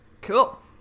Cool